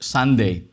Sunday